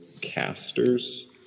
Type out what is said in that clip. casters